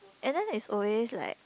and then it's always like